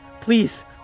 Please